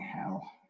hell